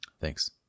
thanks